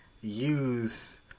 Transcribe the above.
use